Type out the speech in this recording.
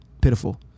Pitiful